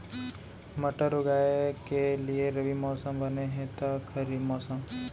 मटर उगाए के लिए रबि मौसम बने हे या खरीफ मौसम?